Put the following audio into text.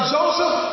Joseph